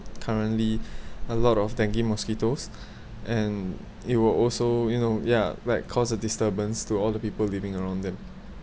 currently a lot of dengue mosquitoes and it will also you know ya like cause a disturbance to all the people living around there